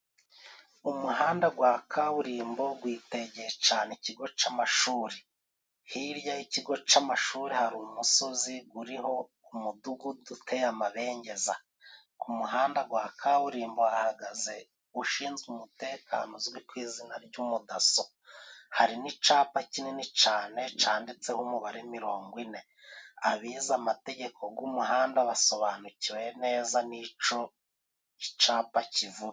Umuhanda wa kaburimbo witegeye cyane ikigo cy'amashuri. Hirya y'ikigo cy'amashuri hari umusozi uriho umudugudu uteye amabengeza. Ku muhanda wa kaburimbo hahagaze ushinzwe umutekano uzwi ku izina ry'umudaso. Hari n'icyapa kinini cyane, cyanditseho umubare mirongo ine. Abize amategeko y'umuhanda basobanukiwe neza n'icyo icyapa kivuga.